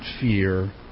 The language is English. fear